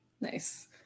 Nice